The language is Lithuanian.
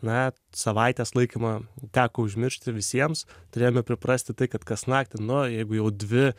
na savaitės laikymą teko užmiršti visiems turėjome priprasti tai kad kas naktį nu jeigu jau dvi